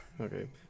okay